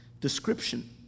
Description